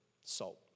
salt